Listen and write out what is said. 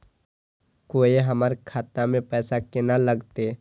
कोय हमरा खाता में पैसा केना लगते?